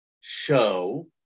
show